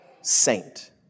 saint